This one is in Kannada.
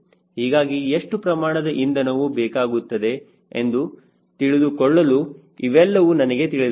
ಹೀಗಾಗಿ ಎಷ್ಟು ಪ್ರಮಾಣದ ಇಂಧನವು ಬೇಕಾಗುತ್ತದೆ ಎಂದು ತಿಳಿದುಕೊಳ್ಳಲು ಇವೆಲ್ಲವೂ ನನಗೆ ತಿಳಿದಿರಬೇಕು